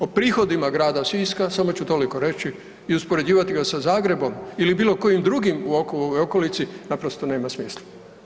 O prihodima grada Siska, samo ću toliko reći i uspoređivati ga sa Zagrebom ili bilo kojim drugim u okolici naprosto nema smisla.